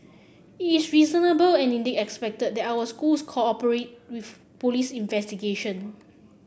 it's reasonable and indeed expected that our schools cooperate police investigation